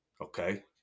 okay